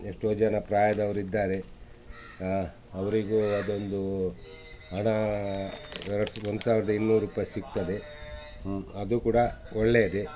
ಎಷ್ಟೋ ಜನ ಪ್ರಾಯದವರಿದ್ದಾರೆ ಹಾಂ ಅವರಿಗೂ ಅದೊಂದು ಹಣ ಎರಡು ಸ ಒಂದು ಸಾವಿರದ ಇನ್ನೂರು ರೂಪಾಯಿ ಸಿಗ್ತದೆ ಅದೂ ಕೂಡ ಒಳ್ಳೆಯದೆ